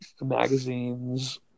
magazines